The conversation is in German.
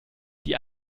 die